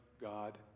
God